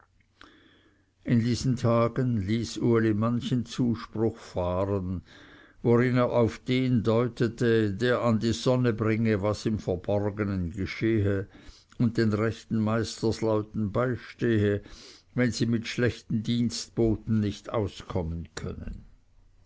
in diesen tagen ließ uli manchen zuspruch fahren worin er auf den deutete der an die sonne bringe was im verborgenen geschehe und den rechten meisterleuten beistehe wenn sie mit schlechten dienstboten nicht auskommen könnten